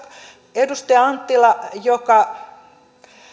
edustaja anttila joka